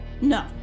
No